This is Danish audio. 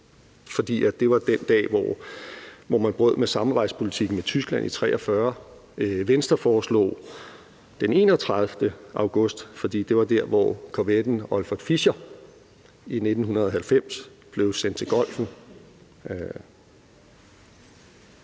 fordi det var den dag, hvor man brød med samarbejdspolitikken med Tyskland i 1943. Venstre foreslog den 31. august, fordi det var der, hvor korvetten Olfert Fischer i 1990 blev sendt til Golfen.